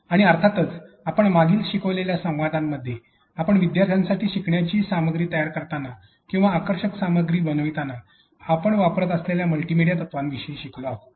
आणि अर्थातच आपण मागील शिकवलेल्या संवादामध्ये आपण विद्यार्थ्यांसाठी शिकण्याची सामग्री तयार करताना किंवा आकर्षक सामग्री बनवताना आपण वापरत असलेल्या मल्टीमीडिया तत्त्वांविषयी शिकलो आहोत